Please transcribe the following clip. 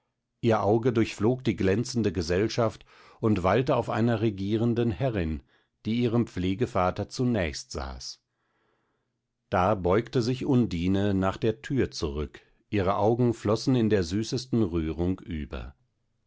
ihr auge durchflog die glänzende gesellschaft und weilte auf einer regierenden herrin die ihrem pflegevater zunächst saß da beugte sich undine nach der tür zurück ihre augen flossen in der süßesten rührung über